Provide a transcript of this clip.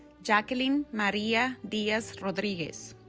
jackeline maria diaz rodriguez